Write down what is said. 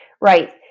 Right